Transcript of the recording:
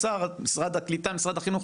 לסגור את אולפני העברית של המדינה.